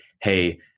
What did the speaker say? hey